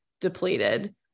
depleted